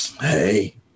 hey